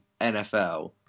NFL